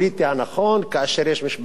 כאשר יש משברים קואליציוניים,